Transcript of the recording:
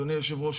אדוני היושב-ראש,